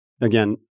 again